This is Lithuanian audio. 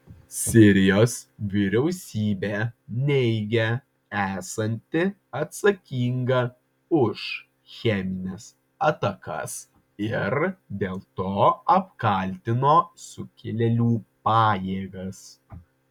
sirijos vyriausybė neigia esanti atsakinga už chemines atakas ir dėl to apkaltino sukilėlių pajėgas